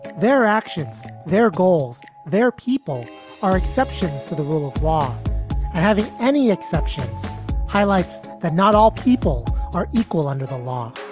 their actions, their goals, their people are exceptions to the rule of law. and having any exceptions highlights that not all people are equal under the law.